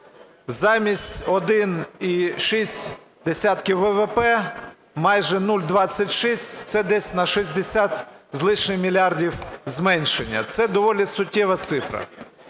замість 1,6 ВВП – майже 0,26, це десь на 60 з лишнім мільярдів зменшення. Це доволі суттєва цифра.